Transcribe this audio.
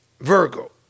Virgo